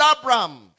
Abraham